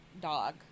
dog